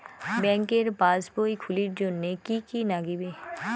ব্যাঙ্কের পাসবই খুলির জন্যে কি কি নাগিবে?